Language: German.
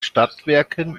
stadtwerken